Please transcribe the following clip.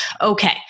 okay